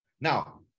Now